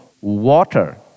water